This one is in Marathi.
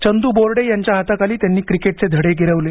चंद्र बोर्डे यांच्या हाताखाली त्यांनी क्रिकेटचे धडे गिरवले